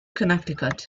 connecticut